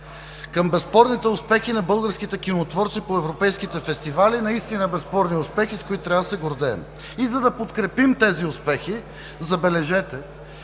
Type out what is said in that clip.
към безспорните успехи на българските кинотворци по европейските фестивали. Наистина безспорни успехи, с които трябва да се гордеем. За да подкрепим тези успехи – забележете